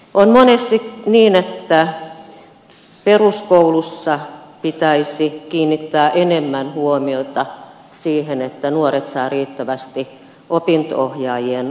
on monesti niin että peruskoulussa pitäisi kiinnittää enemmän huomiota siihen että nuoret saavat riittävästi opinto ohjaajien palveluita